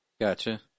gotcha